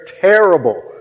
terrible